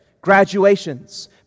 graduations